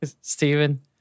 Stephen